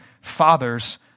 fathers